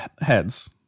heads